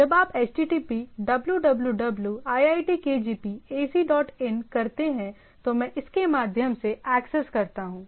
जब आप http www iitkgp ac dot in करते हैं तो मैं इसके माध्यम से एक्सेस करता हूं